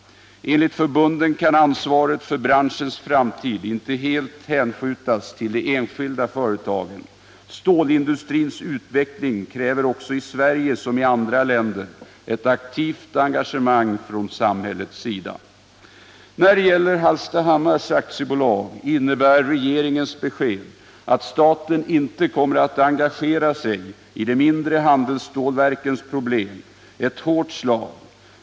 Enligt förbunden kan ansvaret för branschens framtid inte helt åläggas de enskilda företagen. Stålindustrins utveckling kräver också i Sverige som i andra länder ett aktivt engagemang från samhällets sida. När det gäller Hallstahammars AB innebär regeringens besked att staten inte kommer att engagera sig i de mindre handelsstålverkens problem ett hårt slag.